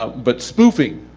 ah but spoofing,